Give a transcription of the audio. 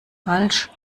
falsch